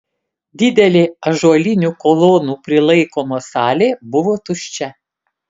didelė ąžuolinių kolonų prilaikoma salė buvo tuščia